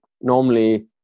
normally